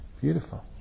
beautiful